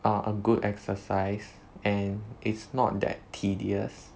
err a good exercise and is not that tedious